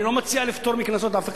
אני לא מציע לפטור מקנסות אף אחד.